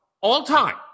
all-time